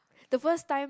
the first time